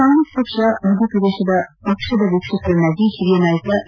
ಕಾಂಗ್ರೆಸ್ ಪಕ್ಷ ಮಧ್ಯಪ್ರದೇತದ ಪಕ್ಷದ ವೀಕ್ಷಕರನ್ನಾಗಿ ಹಿರಿಯ ನಾಯಕ ಎ